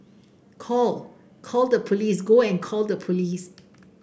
call call the police go and call the police